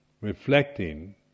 reflecting